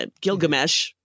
Gilgamesh